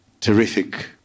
terrific